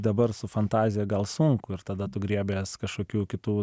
dabar su fantazija gal sunku ir tada tu griebiesi kažkokių kitų